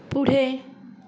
पुढे